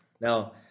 now